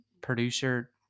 producer